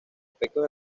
aspectos